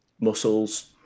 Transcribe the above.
muscles